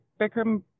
Bikram